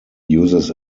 uses